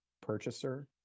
purchaser